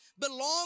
belong